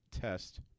test